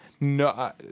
No